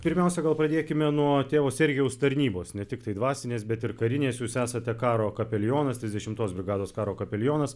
pirmiausia gal pradėkime nuo tėvo sergijaus tarnybos ne tiktai dvasinės bet ir karinės jūs esate karo kapelionas trisdešimtos brigados karo kapelionas